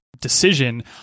decision